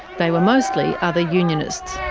they were mostly other unionists.